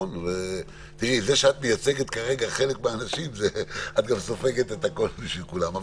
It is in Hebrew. את מייצגת כרגע חלק מהאנשים ואת סופגת את הכול בשביל כולם.